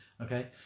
okay